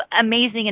amazing